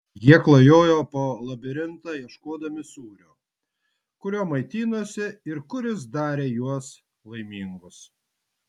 jie klajojo po labirintą ieškodami sūrio kuriuo maitinosi ir kuris darė juos laimingus